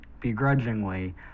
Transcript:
begrudgingly